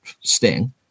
Sting